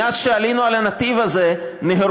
מאז שעלינו על הנתיב הזה של